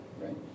right